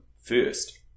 first